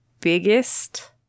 biggest